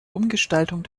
umgestaltung